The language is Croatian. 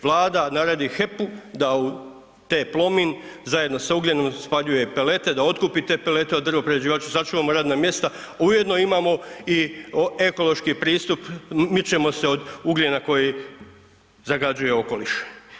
Vlada naredi HEP-u da u TE Plomin zajedno s ugljenom spaljuje pelete, da otkupit te pelete od drvoprerađivača, sačuvamo radna mjesta, ujedno imamo i ekološki pristup mičemo se od ugljena koji zagađuje okoliš.